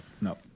No